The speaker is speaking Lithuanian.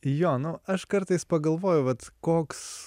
jo no aš kartais pagalvoju vat koks